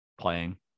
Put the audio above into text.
playing